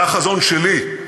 זה החזון שלי,